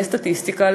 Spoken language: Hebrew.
לסטטיסטיקה,